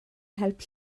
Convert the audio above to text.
help